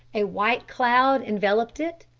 a white cloud enveloped it,